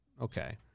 Okay